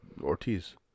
Ortiz